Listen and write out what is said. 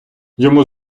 йому